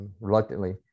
reluctantly